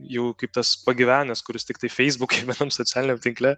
jau kaip tas pagyvenęs kuris tiktai feisbuke vienam socialiniam tinkle